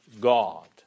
God